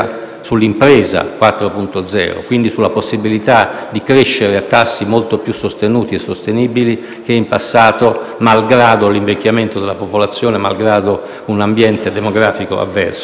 Impresa 4.0, e quindi sulla possibilità di crescere a tassi molto più sostenuti e sostenibili che in passato, malgrado l'invecchiamento della popolazione e un ambiente demografico avverso.